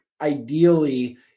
ideally